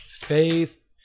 Faith